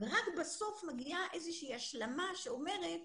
רק בסוף מגיעה איזושהי השלמה שאומרת,